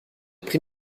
pris